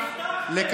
שלמה?